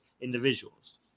individuals